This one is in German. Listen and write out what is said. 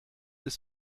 ist